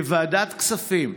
כוועדת הכספים,